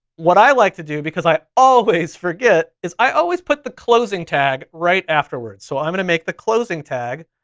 what i like to do, because i always forget is i always put the closing tag right afterwards. so i'm gonna make the closing tag.